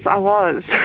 i was.